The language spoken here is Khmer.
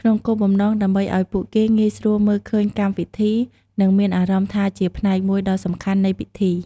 ក្នុងគោលបំណង ដើម្បីឲ្យពួកគេងាយស្រួលមើលឃើញកម្មវិធី និងមានអារម្មណ៍ថាជាផ្នែកមួយដ៏សំខាន់នៃពិធី។